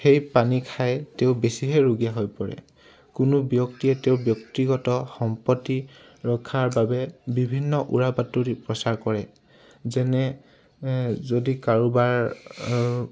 সেই পানী খাই তেওঁ বেছিহে ৰোগীয়া হৈ পৰে কোনো ব্যক্তিয়ে তেওঁ ব্যক্তিগত সম্পত্তি ৰক্ষাৰ বাবে বিভিন্ন উৰা বাতৰি প্ৰচাৰ কৰে যেনে যদি কাৰোবাৰ